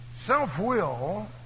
Self-will